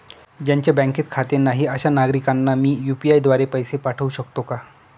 ज्यांचे बँकेत खाते नाही अशा नागरीकांना मी यू.पी.आय द्वारे पैसे पाठवू शकतो का?